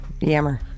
yammer